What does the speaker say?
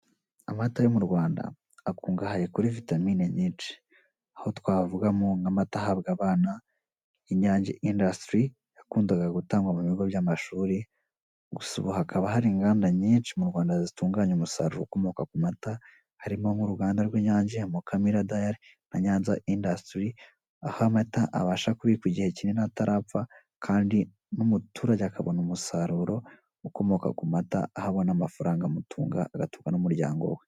Amata yo mu Rwanda akungahaye kuri vitamini nyinshi aho twavugamo nk'amata ahabwa abana, Inyange indasitiri yakundaga gutangwa mu bigo by'amashuri, gusa ubu hakaba hari inganda nyinshi mu Rwanda zitunganya umusaruro ukomoka ku mata harimo nk'uruganda rw'Inyange, Mukamira dayari na Nyanza indasitiri aho amata abasha kubikwa igihe kinini atarapfa kandi n'umuturage akabona umusaruro ukomoka ku mata, aho abona amafaranga amutunga agatunga n'umuryango we.